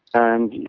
and